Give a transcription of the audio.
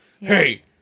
hey